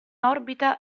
orbita